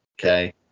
okay